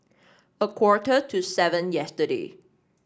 a quarter to seven yesterday